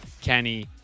Kenny